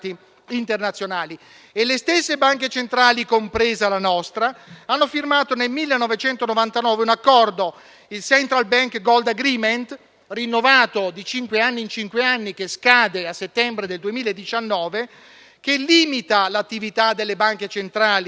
Le stesse banche centrali, compresa la nostra, hanno firmato nel 1999 un accordo - il Central bank gold agreement - rinnovato ogni cinque anni e che scade a settembre 2019 che limita l'attività delle banche centrali